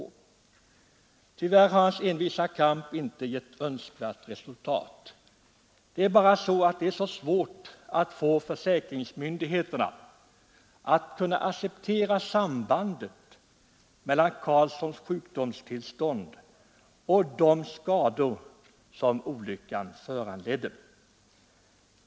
Tyvärr har hans envisa kamp inte gett önskvärt resultat. Det är mycket svårt att få försäkringsmyndigheterna att acceptera sambandet mellan Karlssons sjukdomstillstånd och de skador som olyckan föranledde.